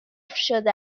شده